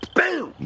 Boom